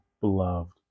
beloved